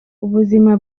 ubuzima